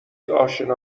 آشنا